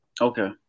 Okay